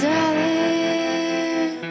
Darling